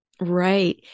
Right